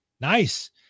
Nice